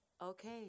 Okay